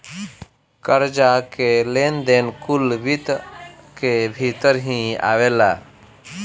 कर्जा कअ लेन देन कुल वित्त कअ भितर ही आवेला